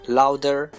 louder